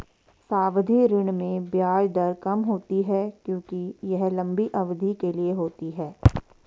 सावधि ऋण में ब्याज दर कम होती है क्योंकि यह लंबी अवधि के लिए होती है